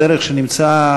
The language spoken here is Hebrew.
הדרך שנמצאה,